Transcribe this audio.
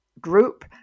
group